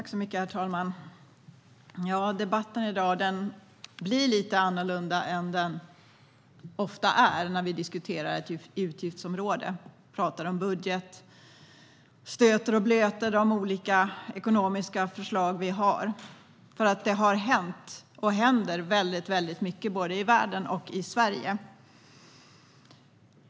Herr talman! Debatten i dag blir lite annorlunda än den ofta är när vi diskuterar ett utgiftsområde, talar om budget och stöter och blöter de olika ekonomiska förslag vi har. Det har hänt och händer väldigt mycket både i världen och i Sverige.